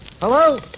Hello